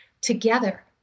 together